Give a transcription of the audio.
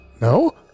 No